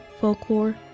folklore